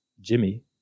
Jimmy